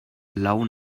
love